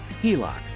HELOC